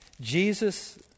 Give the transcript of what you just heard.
Jesus